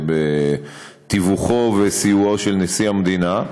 בתיווכו ובסיועו של נשיא המדינה.